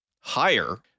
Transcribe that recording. higher